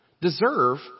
Deserve